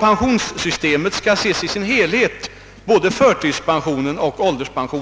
Pensionssystemet bör alltså ses i sin helhet både när det gäller förtidspension och ålderspension.